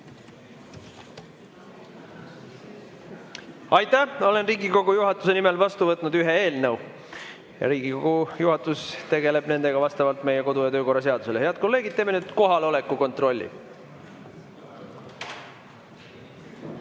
Aitäh! Olen Riigikogu juhatuse nimel vastu võtnud ühe eelnõu. Riigikogu juhatus tegeleb sellega vastavalt meie kodu‑ ja töökorra seadusele. Head kolleegid, teeme nüüd kohaloleku kontrolli.